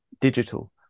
digital